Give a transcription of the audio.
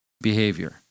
behavior